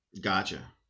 Gotcha